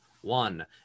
one